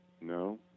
no